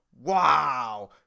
wow